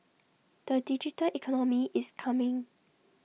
the digital economy is coming